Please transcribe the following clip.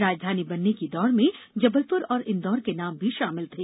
राजधानी बनने की दौड़ में जबलपुर और इन्दौर के नाम भी शामिल थे